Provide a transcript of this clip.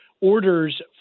orders